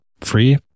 free